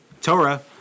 Torah